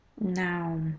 Now